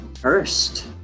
first